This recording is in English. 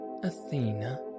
Athena